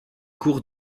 cours